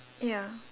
ya